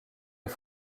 est